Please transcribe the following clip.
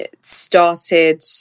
started